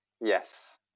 Yes